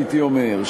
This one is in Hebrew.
הייתי אומר,